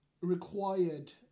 required